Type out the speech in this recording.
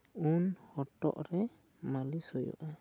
ᱩᱱ ᱦᱚᱴᱚᱜ ᱨᱮ ᱢᱟᱹᱞᱤᱥ ᱦᱩᱭᱩᱜᱼᱟ